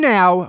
now